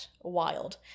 wild